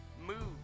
move